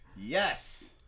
yes